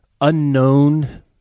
unknown